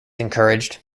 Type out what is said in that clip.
encouraged